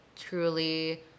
truly